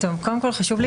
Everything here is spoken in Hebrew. קודם כול, חשוב לי